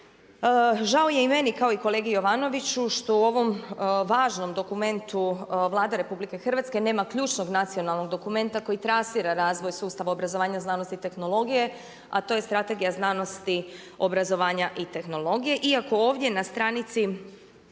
Žao je i meni kao i kolege Jovanoviću što u ovom važnom dokumentu Vlade RH nema ključnog nacionalnog dokumenta koji trasira razvoj sustav obrazovanja, znanosti i tehnologije a to je strategija znanosti, obrazovanja i tehnologije iako ovdje na stranici